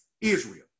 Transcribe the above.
Israel